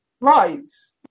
lives